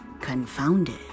confounded